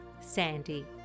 Sandy